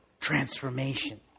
transformation